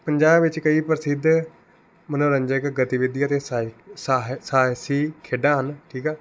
ਪੰਜਾਬ ਵਿੱਚ ਕਈ ਪ੍ਰਸਿੱਧ ਮਨੋਰੰਜਕ ਗਤੀਵਿਧੀਆਂ ਅਤੇ ਸਾਹੀ ਸਾਹ ਸਾਹਸੀ ਖੇਡਾਂ ਹਨ ਠੀਕ ਆ